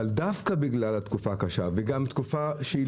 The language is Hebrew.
אבל דווקא בגלל התקופה הקשה וגם תקופה שהיא